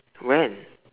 when